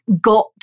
got